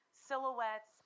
Silhouettes